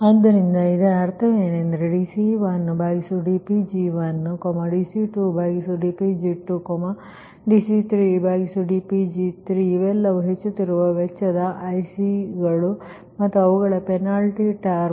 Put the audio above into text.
ಆದ್ದರಿಂದ ಇದರ ಅರ್ಥವೇನೆಂದರೆ ಈ dC1dPg1dC2dPg2dC3dPg3 ಇವುಗಳೆಲ್ಲವೂ ಹೆಚ್ಚುತ್ತಿರುವ ವೆಚ್ಚದ IC ಗಳು ಮತ್ತು ಅವುಗಳ ಪೆನಾಲ್ಟಿ ಟರ್ಮ್